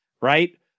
right